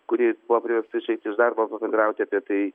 kuri buvo priversta išeiti iš darbo pabendrauti apie tai